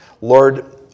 Lord